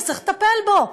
אז צריך לטפל בו.